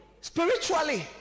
Spiritually